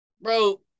bro